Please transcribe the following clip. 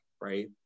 right